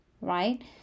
right